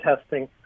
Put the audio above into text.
testing